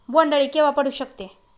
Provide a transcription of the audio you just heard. बोंड अळी केव्हा पडू शकते?